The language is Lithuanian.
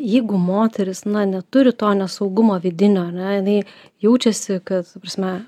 jeigu moteris na neturi to nesaugumo vidinio ar ne jinai jaučiasi kad ta prasme